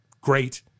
great